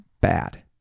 bad